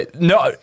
no